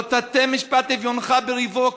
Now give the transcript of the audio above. "לא תטה משפט אביונך בריבו".